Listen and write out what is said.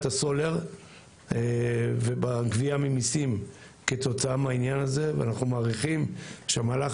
הסולר ובגבייה ממיסים כתוצאה מהעניין הזה ואנחנו מעריכים שהמהלך